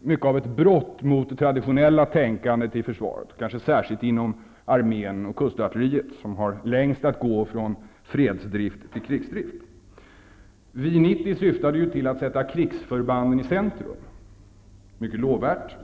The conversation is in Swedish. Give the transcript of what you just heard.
mycket av ett brott mot det traditionella tänkandet inom försvaret, kanske särskilt inom armén och kustartilleriet, som har längst att gå från fredsdrift till krigsdrift. VI 90 syftade till att sätta krigsförbanden i centrum. Det var mycket lovvärt.